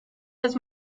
las